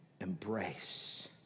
embrace